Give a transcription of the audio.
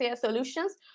solutions